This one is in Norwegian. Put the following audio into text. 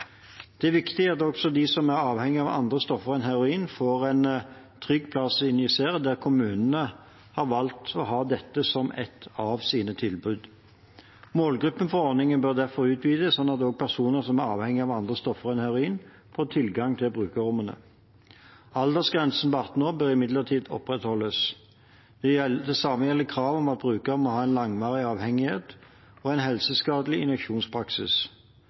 Det er viktig at også de som er avhengig av andre stoffer enn heroin, får en trygg plass å injisere, der kommunene har valgt å ha dette som ett av sine tilbud. Målgruppen for ordningen bør derfor utvides, slik at også personer som er avhengig av andre stoffer enn heroin, får tilgang til brukerrommene. Aldersgrensen på 18 år bør imidlertid opprettholdes. Det samme gjelder kravet om at brukerne må ha en langvarig avhengighet og en helseskadelig